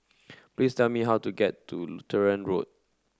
please tell me how to get to Lutheran Road